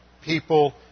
people